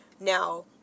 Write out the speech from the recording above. Now